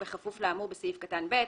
ובכפוף לאמור בסעיף קטן (ב):